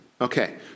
Okay